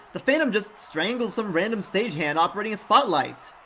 the phantom just strangles some random stagehand operating a spotlight.